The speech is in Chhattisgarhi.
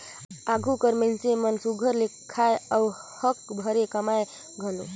आघु कर मइनसे मन सुग्घर ले खाएं अउ हक भेर कमाएं घलो